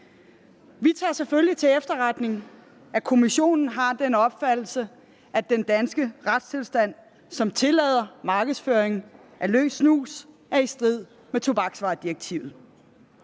vi tager selvfølgelig til efterretning, at Kommissionen har den opfattelse, at den danske retstilstand, som tillader markedsføring af løs snus, er i strid med tobaksvaredirektivet.